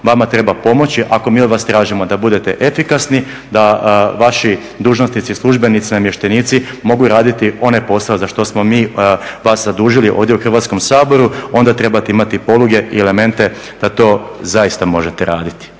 vama treba pomoći, ako mi od vas tražimo da budete efikasni, da vaši dužnosnici, službenici, namještenici mogu raditi onaj posao za što smo mi vas zadužili ovdje u Hrvatskom saboru onda trebate imati poluge i elemente da to zaista možete raditi.